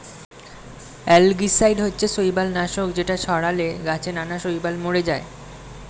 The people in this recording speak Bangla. অ্যালগিসাইড হচ্ছে শৈবাল নাশক যেটা ছড়ালে গাছে নানা শৈবাল মরে যায়